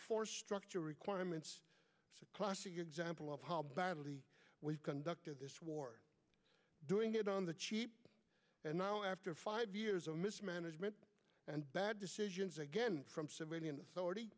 force structure requirements it's a classic example of how badly we've conducted this war doing it on the cheap and now after five years of mismanagement and bad decisions again from civilian